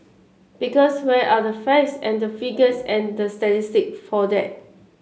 because where are the facts and figures and the statistic for that